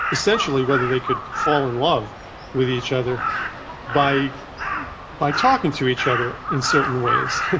essentially whether they could fall in love with each other by by talking to each other in certain ways.